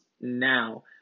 now